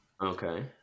Okay